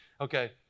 Okay